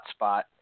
hotspot